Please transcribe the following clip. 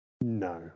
No